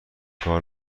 کار